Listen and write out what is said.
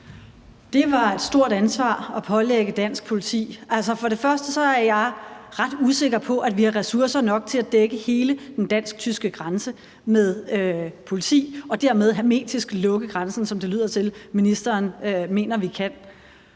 Det var et stort ansvar at pålægge dansk politi. Altså, for det første er jeg ret usikker på, om vi har ressourcer nok til politimæssigt at dække hele den dansk-tyske grænse og dermed hermetisk lukke grænsen, som det lyder til at ministeren mener vi kan.